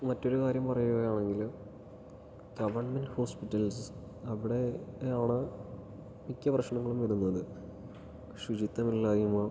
മറ്റൊരു കാര്യം പറയുകയാണെങ്കിൽ ഗവൺമെൻ്റ് ഹോസ്പിറ്റൽസ് അവിടെയാണ് മിക്ക പ്രശ്നങ്ങളും വരുന്നത് ശുചിത്വമില്ലായ്മ